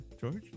George